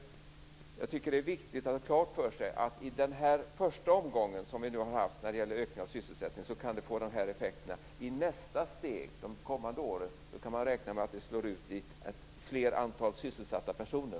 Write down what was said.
Jag tycker att det är viktigt att ha klart för sig att den första omgång som vi nu har haft av ökningen av sysselsättningen fått de här effekterna men att man i nästa steg, under de kommande åren, kan räkna med ett större antal sysselsatta personer.